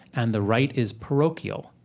and the right is parochial,